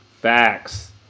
Facts